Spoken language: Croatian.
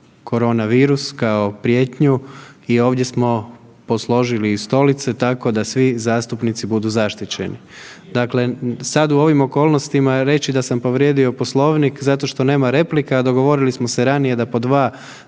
koronavirus kao prijetnju i ovdje smo posložili stolice tako da svi zastupnici budu zaštićeni. Dakle, sad u ovim okolnostima reći da sam povrijedio Poslovnik zato što nema replika, dogovorili smo se ranije da po dva